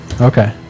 Okay